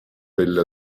pelle